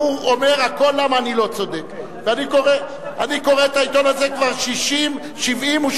לפחות אתה משלם עליו.